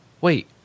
wait